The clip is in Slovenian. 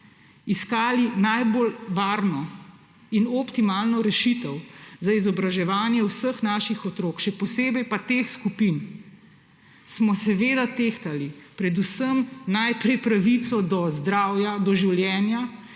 iskali najbolj varno in optimalno rešitev za izobraževanje vseh naših otrok, še posebej pa teh skupin, smo seveda tehtali predvsem najprej pravico do zdravja, do življenja.